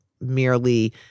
merely